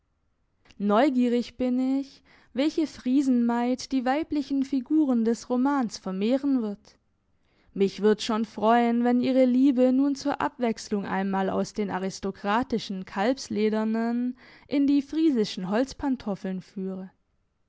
neugierig bin ich welche friesenmaid die weiblichen figuren des romans vermehren wird mich würd's schon freuen wenn ihre liebe nun zur abwechselung einmal aus den aristokratischen kalbsledernen in die friesischen holzpantoffeln führe